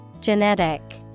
Genetic